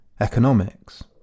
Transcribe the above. Economics